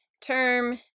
term